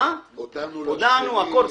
הודענו, הכול.